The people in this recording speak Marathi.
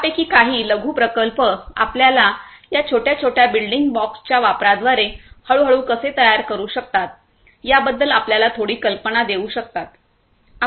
यापैकी काही लघु प्रकल्प आपल्याला या छोट्या छोट्या बिल्डिंग ब्लॉक्सच्या वापराद्वारे हळूहळू कसे तयार करू शकतात याबद्दल आपल्याला थोडी कल्पना देऊ शकतात